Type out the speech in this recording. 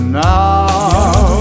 now